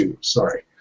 sorry